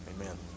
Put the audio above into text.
Amen